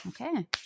Okay